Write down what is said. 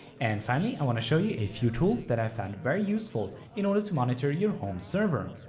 and finally i want to show you a few tools that i found very useful in order to monitor your home server.